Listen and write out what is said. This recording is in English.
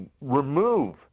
remove